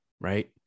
right